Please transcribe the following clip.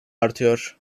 artıyor